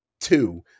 two